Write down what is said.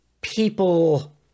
people